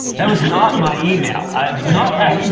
that was not my email. i'm not right